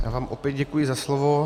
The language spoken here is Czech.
Já vám opět děkuji za slovo.